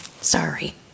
sorry